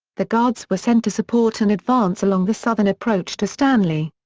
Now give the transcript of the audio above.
the guards were sent to support an advance along the southern approach to stanley.